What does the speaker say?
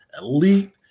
elite